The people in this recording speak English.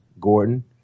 Gordon